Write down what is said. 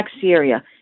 Syria